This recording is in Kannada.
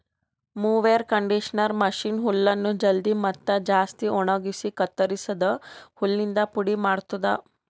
ಮೊವೆರ್ ಕಂಡಿಷನರ್ ಮಷೀನ್ ಹುಲ್ಲನ್ನು ಜಲ್ದಿ ಮತ್ತ ಜಾಸ್ತಿ ಒಣಗುಸಿ ಕತ್ತುರಸಿದ ಹುಲ್ಲಿಂದ ಪುಡಿ ಮಾಡ್ತುದ